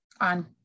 on